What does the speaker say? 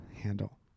handle